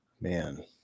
man